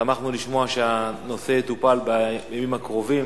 שמחנו לשמוע שהנושא יטופל בימים הקרובים.